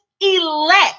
elect